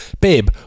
babe